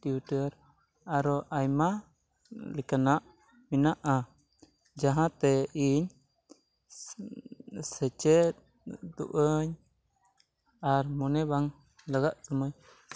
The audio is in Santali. ᱴᱤᱭᱩᱴᱟᱨ ᱟᱨᱦᱚᱸ ᱟᱭᱢᱟ ᱞᱮᱠᱟᱱᱟᱜ ᱢᱮᱱᱟᱜᱼᱟ ᱡᱟᱦᱟᱸ ᱛᱮ ᱤᱧ ᱥᱮᱪᱮᱫ ᱫᱚᱜᱼᱟᱹᱧ ᱟᱨ ᱢᱚᱱᱮ ᱵᱟᱝ ᱞᱟᱜᱟᱜ ᱠᱟᱱᱟ